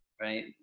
Right